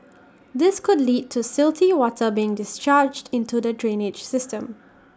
this could lead to silty water being discharged into the drainage system